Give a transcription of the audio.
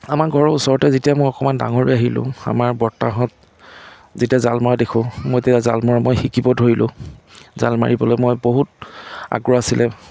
আমাৰ ঘৰৰ ওচৰতে যেতিয়া মই অকমান ডাঙৰ হৈ আহিলোঁ আমাৰ বৰ্তাহঁ'ত যেতিয়া জাল মাৰা দেখোঁ মই তেতিয়া জাল মৰা মই শিকিব ধৰিলোঁ জাল মাৰিবলৈ মই বহুত আগ্ৰহ আছিলে